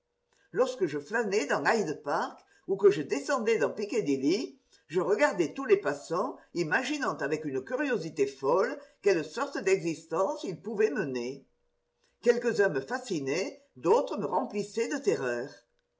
lorsque je flânais dans hyde park ou que je descendais piccadilly je regardais tous les passants imaginant avec une curiosité folle quelle sorte d'existence ils pouvaient mener quelques-uns me fascinaient d'autres me remplissaient de terreur